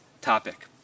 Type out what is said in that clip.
topic